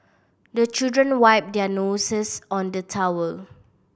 the children wipe their noses on the towel